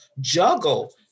juggle